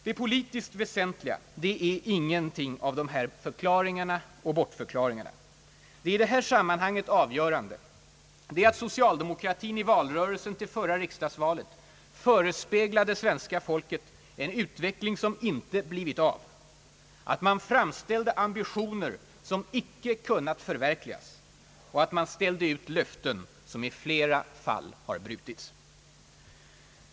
Det politiskt väsentliga är ingenting av de här förklaringarna och bortförklaringarna. Det i detta sammanhang avgörande är att socialdemokratin i valrörelsen till förra riksdagsvalet förespeglade svenska folket en utveckling som inte blivit av, aft man framställde ambitioner som icke kunnat förverkligas och att man ställde ut löften som i flera fall har brutits.